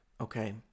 Okay